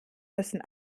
müssen